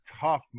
tough